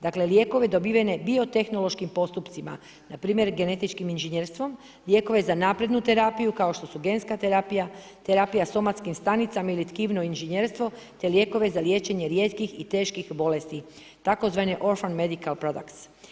Dakle, lijekove dobivene biotehnološkim postupcima npr. genetički inžinjerstvom, lijekove za naprednu terapiju kao što su genska terapija, terapija somatskim stanicama ili tkivno inžinjerstvo te lijekove za liječenje rijetkih i teških bolesti tzv. …/nerazumljivo/… medical prodaks.